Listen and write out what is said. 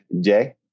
Jay